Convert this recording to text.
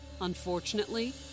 unfortunately